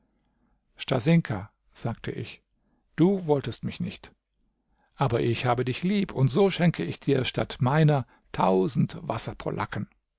stasinka sagte ich du wolltest mich nicht aber ich habe dich lieb und so schenke ich dir statt meiner tausend wasserpolaken